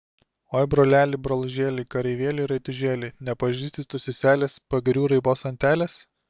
oi broleli brolužėli kareivėli raitužėli nepažįsti tu seselės pagirių raibos antelės